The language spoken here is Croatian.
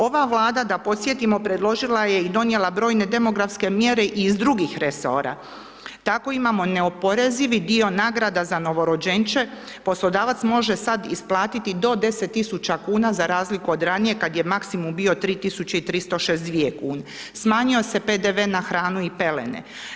Ova Vlada, da podsjetimo, predložila je i donijela brojne demografske mjere i iz drugih resora, tako imamo neoporezivi dio nagrada za novorođenče, poslodavac može sad isplatiti do 10.000,00 kn za razliku od ranije kad je maksimum bio 3.362,00 kn, smanjio se PDV na hranu i pelene.